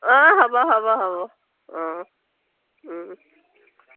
অঁ হ'ব হ'ব হ'ব অঁ